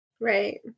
Right